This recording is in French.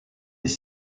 des